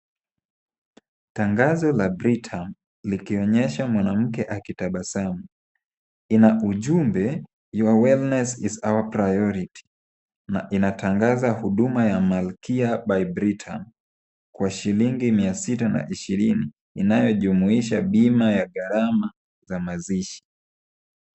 Tangazo la Britam likionyesha mwanamke akitabasamu. Ina ujumbe (cs) your willness is our priority (cs) na inatangaza huduma ya malkia (cs) by (cs) Britam kwa shilingi mia sita na ishiriki inayojumuisha bima ya gharama ya za mazishi.